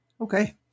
Okay